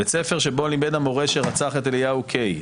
בית ספר שבו לימד המורה שרצח את אליהו קיי.